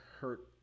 hurt